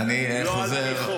לא על פי חוק.